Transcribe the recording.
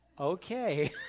okay